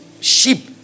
sheep